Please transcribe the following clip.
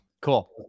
Cool